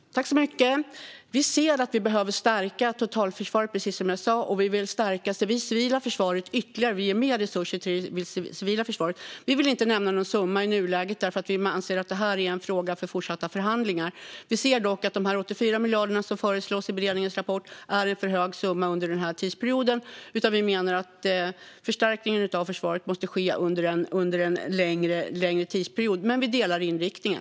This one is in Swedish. Herr ålderspresident! Vi ser, precis som jag sa, att vi behöver stärka totalförsvaret. Vi vill stärka det civila försvaret ytterligare; vi ger mer resurser till det. Vi vill inte nämna någon summa i nuläget därför att vi anser att detta är en fråga för fortsatta förhandlingar. Vi ser dock att de 84 miljarder som föreslås i beredningens rapport är en för hög summa för denna tidsperiod. Vi menar att förstärkningen av försvaret måste ske under en längre tidsperiod. Men vi delar inriktningen.